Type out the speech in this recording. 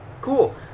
Cool